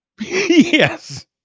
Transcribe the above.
Yes